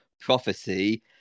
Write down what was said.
prophecy